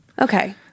okay